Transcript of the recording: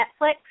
Netflix